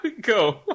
Go